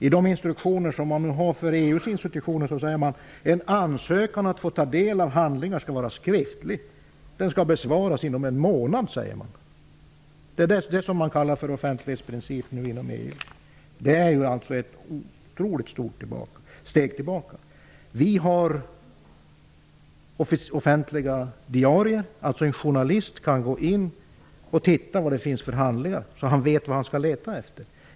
I instruktionerna för EU:s institutioner står det att en ansökan för att få ta del av handlingar skall vara skriftlig, och den skall besvaras inom en månad. Det är det som kallas offentlighetsprincip inom EU. Det är ett otroligt stort steg tillbaka. Vi har offentliga diarier. En journalist kan alltså i dessa diarier se efter vilka handlingar som finns. Så kan han få reda på vad han skall leta efter.